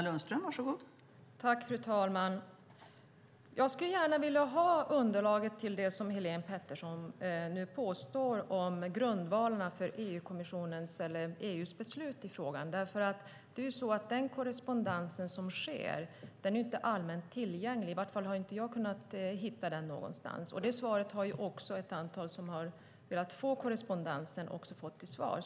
Fru talman! Jag skulle gärna vilja ha underlaget till det som Helén Pettersson nu påstår om grundvalen för EU:s beslut i frågan. Den korrespondens som sker är inte allmänt tillgänglig - jag har i alla fall inte kunnat hitta den någonstans. Det svaret har också ett antal som har velat få den korrespondensen fått.